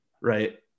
right